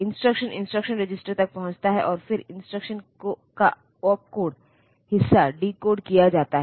instruction instruction register तक पहुंचता है और फिर इंस्ट्रक्शन का ओपकोड हिस्सा डिकोड किया जाता है